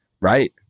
right